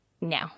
no